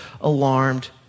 alarmed